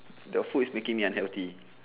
the food is making me unhealthy